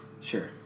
Sure